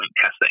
testing